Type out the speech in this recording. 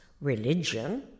religion